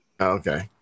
Okay